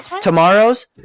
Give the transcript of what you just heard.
Tomorrow's